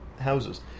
houses